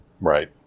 Right